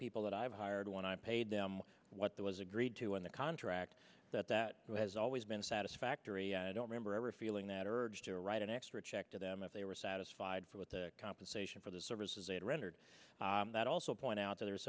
people that i've hired when i paid them what that was agreed to in the contract that that has always been satisfactory i don't remember ever feeling that urge to write an extra check to them if they were satisfied with the compensation for the services it rendered that also point out that there